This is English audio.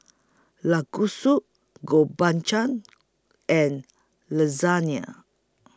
Gobchang and Lasagne